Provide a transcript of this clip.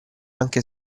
anche